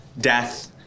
death